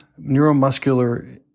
neuromuscular